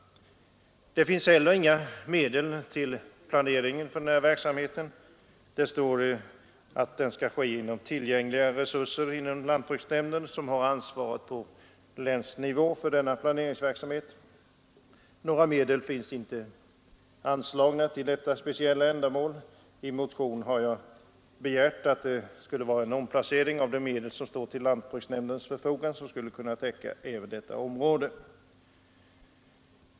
Det finns heller inga medel till planering av verksamheten. Enligt Kungl. Maj:ts beslut skall den bedrivas inom ramen för tillgängliga resurser hos lantbruksnämnden, som har ansvaret på länsnivå för denna planeringsverksamhet. Några medel finns inte anslagna till detta speciella ändamål. I motion har jag begärt omdisponering av de medel som står till lantbruksnämndens förfogande för att de skulle kunna täcka även detta område.